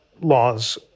laws